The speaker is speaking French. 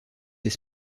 des